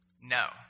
No